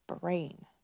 brain